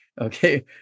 Okay